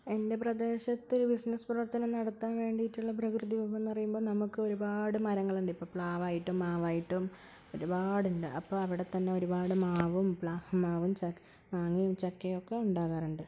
എൻ്റെ പ്രദേശത്ത് ബിസിനസ്സ് പ്രവർത്തനം നടത്താൻ വേണ്ടിയിട്ടുള്ള പ്രകൃതി വിഭവം എന്നു പറയുമ്പം നമ്മൾക്ക് ഒരുപാട് മരങ്ങളുണ്ട് ഇപ്പോൾ പ്ലാവായിട്ടും മാവായിട്ടും ഒരുപാടുണ്ട് അപ്പോൾ അവിടെത്തന്നെ ഒരുപാട് മാവും മാവും മാങ്ങയും ചക്കയും ഒക്കെ ഉണ്ടാകാറുണ്ട്